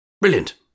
Brilliant